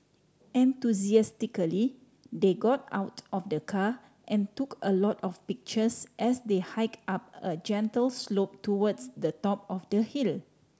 enthusiastically they got out of the car and took a lot of pictures as they hike up a gentle slope towards the top of the hill